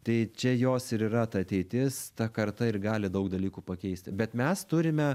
tai čia jos ir yra ta ateitis ta karta ir gali daug dalykų pakeisti bet mes turime